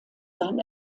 sein